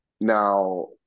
Now